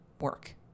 work